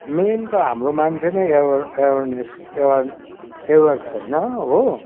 main त हाम्रो मान्छे नै एवर एवरनेस एवर एवर छैन हो